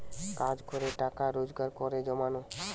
কাজ করে টাকা রোজগার করে জমানো